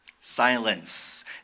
Silence